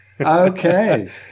Okay